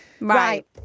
Right